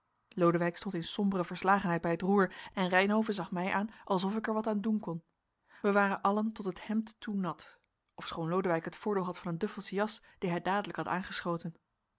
lodewijk stond in sombere verslagenheid bij het roer en reynhove zag mij aan alsof ik er wat aan doen kon wij waren allen tot het hemd toe nat ofschoon lodewijk het voordeel had van een duffelsche jas die hij dadelijk had aangeschoten